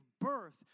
birth